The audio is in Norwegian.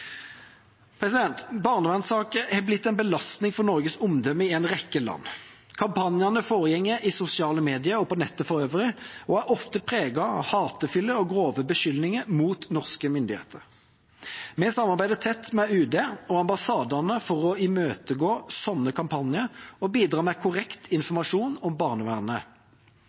Barnevernssaker har blitt en belastning for Norges omdømme i en rekke land. Kampanjene foregår i sosiale medier og på nettet for øvrig og er ofte preget av hatefulle og grove beskyldninger mot norske myndigheter. Vi samarbeider tett med UD og ambassadene for å imøtegå slike kampanjer og bidra med korrekt informasjon om barnevernet.